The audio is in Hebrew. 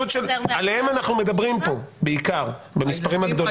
עליהם אנחנו מדברים פה בעיקר, במספרים הגדולים.